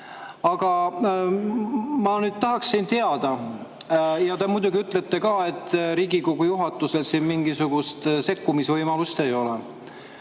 ma nüüd tahaksin teada. Te muidugi ütlete ka, et Riigikogu juhatusel siin mingisugust sekkumisvõimalust ei ole.